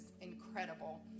incredible